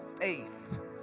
faith